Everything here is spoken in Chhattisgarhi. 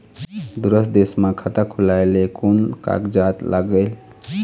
दूसर देश मा खाता खोलवाए ले कोन कागजात लागेल?